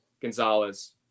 Gonzalez